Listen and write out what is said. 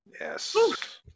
Yes